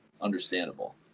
understandable